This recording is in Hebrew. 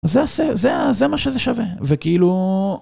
זה זה זה מה שזה שווה וכאילו.